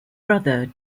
brother